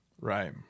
Right